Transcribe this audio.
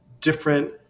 different